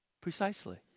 Precisely